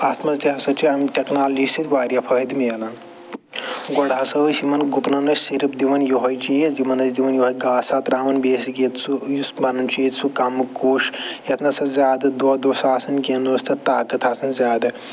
اَتھ منٛز تہِ ہسا چھِ اَمہِ ٹٮ۪کنالجی سۭتۍ وارِیاہ فٲیدٕ مِلان گۄڈٕ ہَسا ٲسۍ یِمن گُپنَن ٲسۍ صِرف دِوان یِہوٚے چیٖز یِمن ٲسۍ دِوان یِہوٚے گاسا ترٛاوان بیٚیہِ ٲسِکھ ییٚتہِ سُہ یُس پنُن چھُ ییٚتہِ سُہ کَمہِ کوٚش یَتھ نَہ سا زیادٕ دۄد اوس آسان کیٚنٛہہ نَہ اوس طاقت آسان زیادٕ